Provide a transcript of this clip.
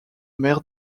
mer